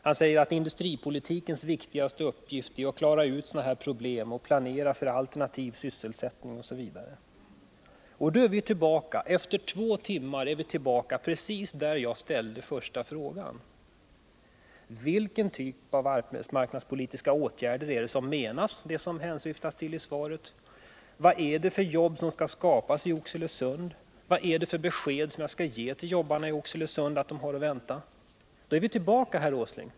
Han hävdar att industripolitikens viktigaste uppgift är att klara ut sådana här problem och planera för alternativ sysselsättning osv. Då är vi, efter två timmar, tillbaka precis där jag ställde den första frågan: Vilken typ av arbetsmarknadspolitiska åtgärder är det som åsyftas i svaret? Vad är det för jobb som skall skapas i Oxelösund? Vad är det för besked man skall säga att jobbarna i Oxelösund har att vänta? Viär tillbaka vid samma punkt, herr Åsling.